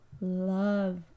love